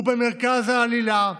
הוא במרכז העלילה,